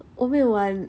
我没有玩